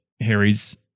Harry's